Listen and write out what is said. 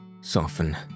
soften